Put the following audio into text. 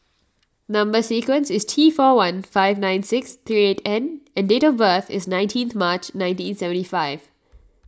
Number Sequence is T four one five nine six three eight N and date of birth is nineteenth March nineteen seventy five